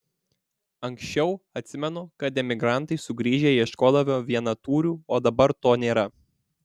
anksčiau atsimenu kad emigrantai sugrįžę ieškodavo vienatūrių o dabar to nėra